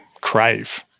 crave